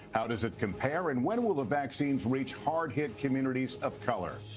how does it compare and when will the vaccines reach hard-hit communities of color?